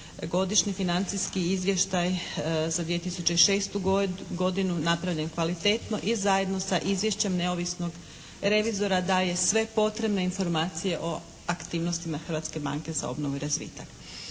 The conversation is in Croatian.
Godišnji financijski izvještaj za 2006. godinu napravljen kvalitetno i zajedno sa izvješćem neovisnog revizora daje sve potrebne informacije o aktivnostima Hrvatske banke za obnovu i razvitak.